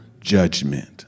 judgment